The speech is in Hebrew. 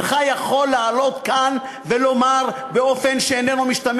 אינך יכול לעלות לכאן ולומר באופן שאיננו משתמע